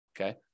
okay